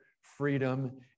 freedom